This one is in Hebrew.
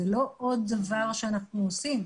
זה לא עוד דבר שאנחנו עושים.